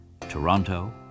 Toronto